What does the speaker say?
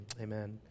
amen